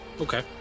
Okay